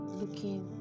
looking